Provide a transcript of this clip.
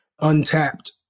untapped